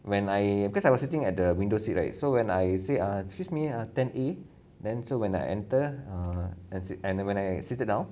when I because I was sitting at the window seat right so when I say err excuse me err then err then so when I enter err and sit and when I seated here now